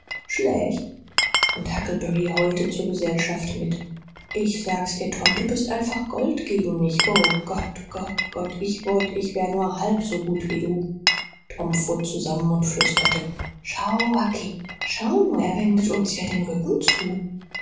schlecht und huckleberry heulte zur gesellschaft mit ich sag's dir tom du bist einfach gold gegen mich o gott gott gott ich wollte ich wäre nur halb so gut wie du tom fuhr zusammen und flüsterte schau hucky schau nur er wendet uns ja den rücken zu